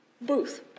Booth